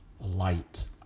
light